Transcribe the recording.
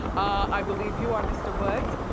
i believe you are, mr. woods.